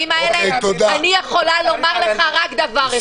אני נותן עכשיו לחברי הוועדה לדבר.